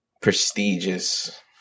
Prestigious